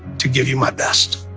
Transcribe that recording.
to give you my best